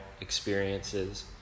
experiences